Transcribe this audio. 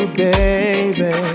baby